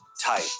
type